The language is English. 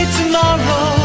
tomorrow